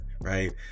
right